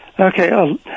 Okay